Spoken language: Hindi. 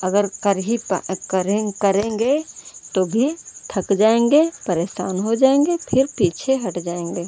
अगर कर ही पा करे करेंगे तो भी थक जाएंगे परेशान हो जाएंगे फ़िर पीछे हट जाएंगे